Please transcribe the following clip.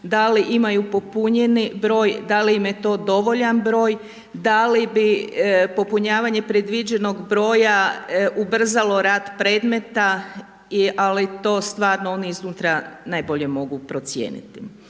da li imaju popunjeni broj, da li im je to dovoljan broj, da li popunjavanje predviđenog broja ubrzalo rad predmeta, ali to stvarno oni iznutra najbolje mogu procijeniti.